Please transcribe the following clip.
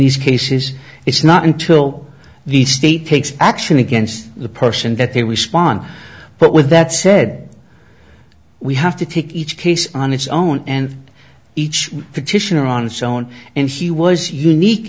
these cases it's not until the state takes action against the person that they respond but with that said we have to take each case on its own and each petitioner on so on and he was unique